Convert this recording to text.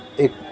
ایک